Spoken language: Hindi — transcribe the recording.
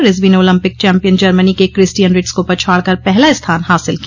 रिजवी ने ओलंपिक चैंपियन जर्मनी के क्रिस्टियन रिटज को पछाड़कर पहला स्थान हासिल किया